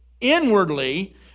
inwardly